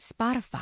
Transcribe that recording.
Spotify